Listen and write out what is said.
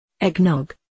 Eggnog